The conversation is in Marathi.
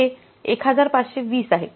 हे 1520 आहे